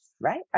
right